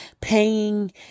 paying